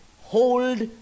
hold